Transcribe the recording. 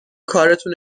کارتون